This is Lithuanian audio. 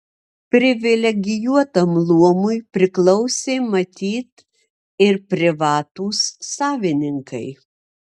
privilegijuotam luomui priklausė matyt ir privatūs savininkai